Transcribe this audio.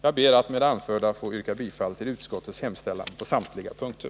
Jag ber att med det anförda få yrka bifall till utskottets hemställan på samtliga punkter.